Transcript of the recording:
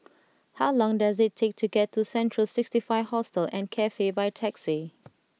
how long does it take to get to Central Sixty Five Hostel and Cafe by taxi